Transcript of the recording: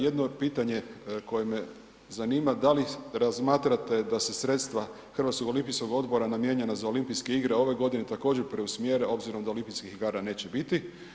Jedno pitanje koje me zanima, da li razmatrate da se sredstva Hrvatskog olimpijskog odbora namijenjena za Olimpijske igre ove godine također preusmjere obzirom da Olimpijskih igara neće biti?